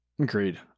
Agreed